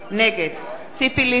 נגד ציפי לבני,